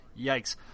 Yikes